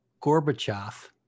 Gorbachev